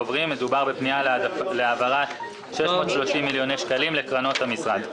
מדובר בפנייה להעברת 630 מיליון שקלים לקרנות המשרד.